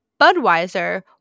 budweiser